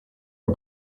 are